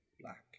black